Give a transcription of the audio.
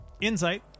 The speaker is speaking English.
insight